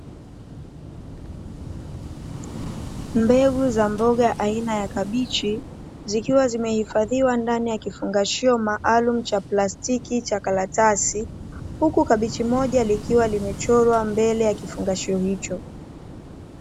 Mbegu aina ya kabichi zikiwa zimehifadhiwa ndani ya kifaa maalumu cha karatasi, huku kabichi moja likiwa limechorwa ndani ya kifungashio hicho.